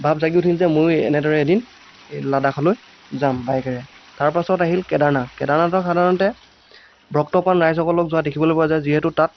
ভাব জাগি উঠিল যে মইও এনেদৰে এদিন এই লাডাখলৈ যাম বাইকেৰে তাৰ পাছত আহিল কেডাৰনাথ কেডাৰনাথক সাধাৰণতে ভক্তপ্ৰাণ ৰাইজসকলক যোৱা দেখিবলৈ পোৱা যায় যিহেতু তাত